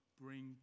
bring